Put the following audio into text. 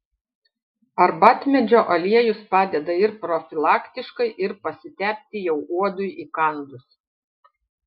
arbatmedžio aliejus padeda ir profilaktiškai ir pasitepti jau uodui įkandus